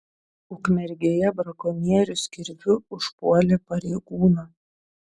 ukmergėje brakonierius kirviu užpuolė pareigūną